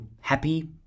happy